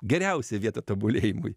geriausia vieta tobulėjimui